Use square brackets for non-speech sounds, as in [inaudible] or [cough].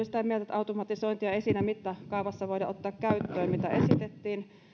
[unintelligible] sitä mieltä että automatisointia ei siinä mittakaavassa voida ottaa käyttöön mitä esitettiin